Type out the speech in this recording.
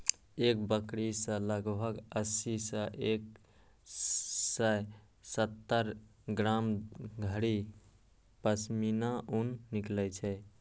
एक बकरी सं लगभग अस्सी सं एक सय सत्तर ग्राम धरि पश्मीना ऊन निकलै छै